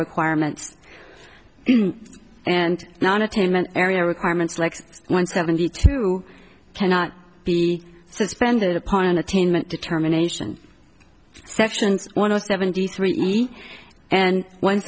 requirements and non attainment area requirements like one seventy two cannot be suspended upon attainment determination sections one of seventy three and one